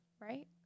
Right